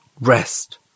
rest